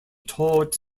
taught